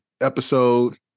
episode